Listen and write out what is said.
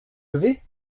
lever